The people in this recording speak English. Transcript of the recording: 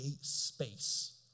space